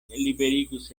liberigus